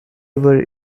were